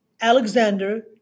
Alexander